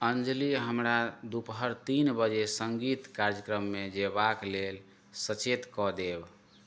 अञ्जलि हमरा दूपहर तीन बजे सङ्गीत कार्यक्रममे जयबाक लेले सचेत कऽ देब